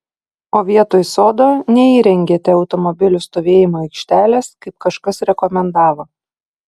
o vietoj sodo neįrengėte automobilių stovėjimo aikštelės kaip kažkas rekomendavo